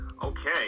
Okay